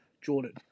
Jordan